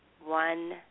one